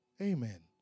Amen